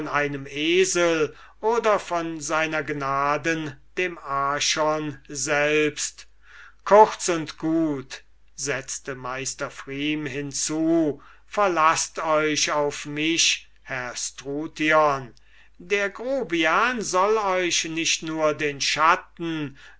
einem esel oder von sr gnaden dem archon selbst kurz und gut setzte meister pfrieme hinzu verlaßt euch auf mich herr struthion der grobian soll euch nicht nur den schatten